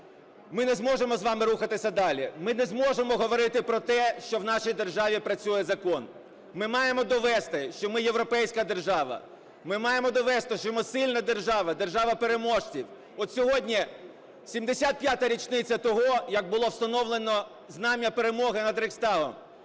ми не зможемо з вами рухатися далі, ми не зможемо говорити про те, що в нашій державі працює закон. Ми маємо довести, що ми європейська держава. Ми маємо довести, що ми сильна держава, держава переможців. Сьогодні 75-річниця того, як було встановлено Знамя Перемоги над Рейхстагом.